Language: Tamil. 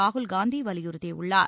ராகுல் காந்தி வலியுறுத்தியுள்ளார்